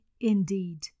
indeed